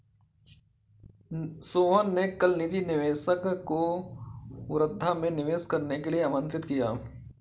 सोहन ने कल निजी निवेशक को वर्धा में निवेश करने के लिए आमंत्रित किया